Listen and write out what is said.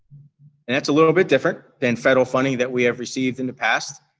and that's a little bit different than federal funding that we have received in the past.